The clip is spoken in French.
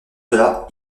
cela